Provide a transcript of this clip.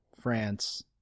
France